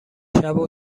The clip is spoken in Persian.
شبو